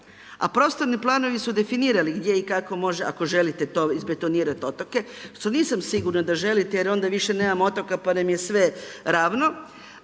A prostorni planovi su definirani gdje i kako može, ako želite izbetonirat otoke, što nisam sigurna da želite jer onda više nemamo otoka, pa nam je sve ravno.